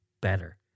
better